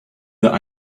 that